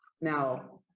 Now